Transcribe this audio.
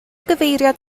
gyfeiriad